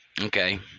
okay